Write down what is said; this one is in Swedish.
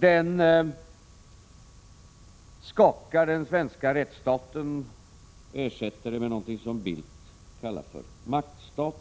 Den skakar den svenska rättsstaten och ersätter den med något som Carl Bildt kallar för maktstaten.